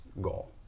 goal